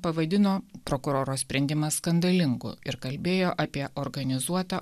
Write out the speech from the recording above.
pavadino prokuroro sprendimą skandalingu ir kalbėjo apie organizuotą